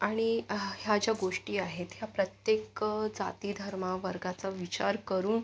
आणि ह्या ज्या गोष्टी आहेत ह्या प्रत्येक जातीधर्मा वर्गाचा विचार करून